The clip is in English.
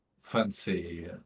Fancy